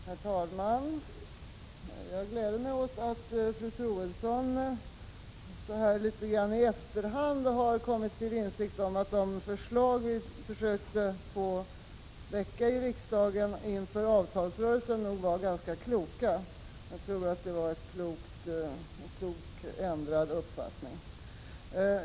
Herr talman! Jag gläder mig åt att fru Troedsson så här litet i efterhand har kommit till insikt om att de förslag som folkpartiet försökte väcka i riksdagen inför avtalsrörelsen var ganska kloka — det är bra att hon har ändrat uppfattning.